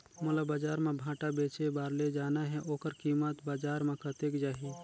मोला बजार मां भांटा बेचे बार ले जाना हे ओकर कीमत बजार मां कतेक जाही?